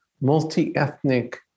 multi-ethnic